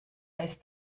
ist